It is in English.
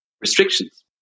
restrictions